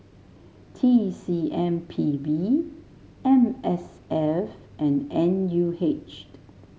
T C M P B M S F and N U H